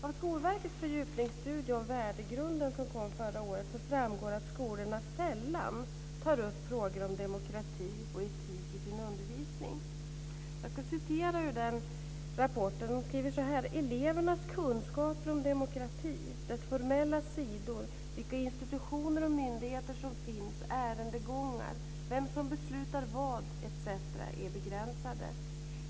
Av Skolverkets fördjupningsstudie av värdegrunden som kom förra året framgår att skolorna sällan tar upp frågor om demokrati och etik i sin undervisning. Jag ska läsa ur den rapporten. Man skriver så här: Elevernas kunskaper om demokrati, dess formella sidor, vilka institutioner och myndigheter som finns, ärendegångar, vem som beslutar vad, etc. är begränsade.